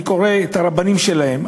אני קורא את דברי הרבנים שלהם,